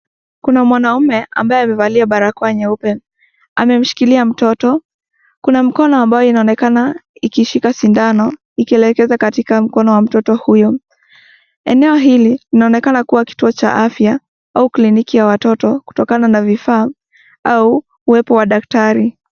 Kuna mwanaume ambaye amevalia barakoa nyeupe, amemshikilia mtoto. Kuna mkono ambayo inaonekana ikishika sindano ikielekeza katika mkono wa mtoto huyo. Eneo hili linaonekana kuwa kituo cha afya au kliniki cha watoto kutokana na vifaa au uwepo wa daktari.